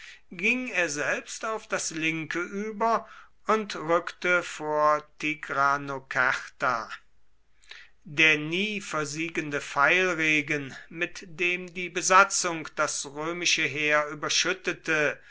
ging er selbst auf das linke über und rückte vor tigranokerta der nie versiegende pfeilregen mit dem die besatzung das römische heer überschüttete